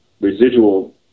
residual